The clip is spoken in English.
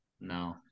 No